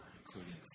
including